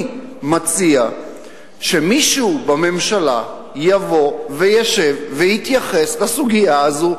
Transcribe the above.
אני מציע שמישהו בממשלה יבוא וישב ויתייחס לסוגיה הזאת,